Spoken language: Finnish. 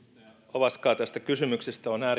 ovaskaa tästä kysymyksestä on